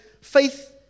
faith